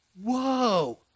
whoa